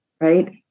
right